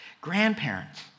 Grandparents